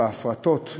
בהפרטות,